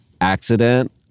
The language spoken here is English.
accident